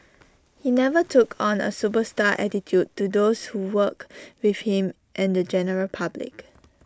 he never took on A superstar attitude to those who worked with him and the general public